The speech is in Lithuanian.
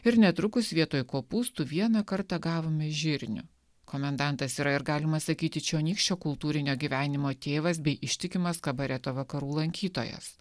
ir netrukus vietoj kopūstų vieną kartą gavome žirnių komendantas yra ir galima sakyti čionykščio kultūrinio gyvenimo tėvas bei ištikimas kabareto vakarų lankytojas